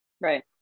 Right